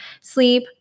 sleep